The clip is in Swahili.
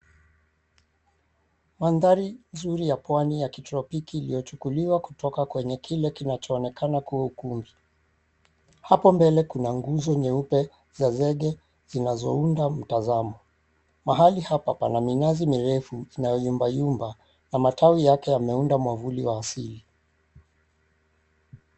Maanthari nzuri ya kipwani ya kitropiki kiliochukuliwa kutokana na kile kinachoonekana kuukuu . Hapo mbele kuna nguzo nyeupe za zege zinazounda mtazamo. Mahali hapa pana minazi mirefu inayo yumbayumba na matawi yake yameunda mwamvuli wa kiasili.